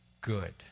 good